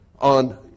on